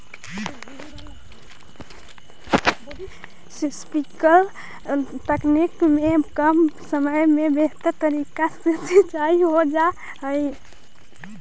sprinkler तकनीक में कम समय में बेहतर तरीका से सींचाई हो जा हइ